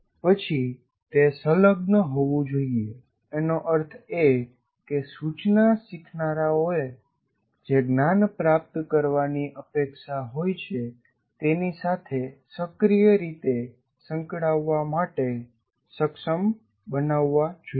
પછી તે સંલગ્ન હોવું જોઈએએનો અર્થ એ કે સૂચના શીખનારાઓને જે જ્ઞાન પ્રાપ્ત કરવાની ની અપેક્ષા હોઈ છે તેની સાથે સક્રીયરીતે સંકળાવવા માટે સક્ષમ બનાવવા જોઈએ